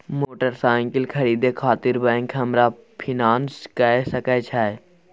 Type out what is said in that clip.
Motorcycle खरीदे खातिर bank हमरा फिनांस कय सके छै?